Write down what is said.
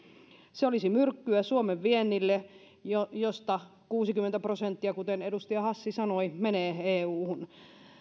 se olisi myrkkyä suomen viennille josta josta kuusikymmentä prosenttia kuten edustaja hassi sanoi menee euhun